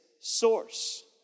source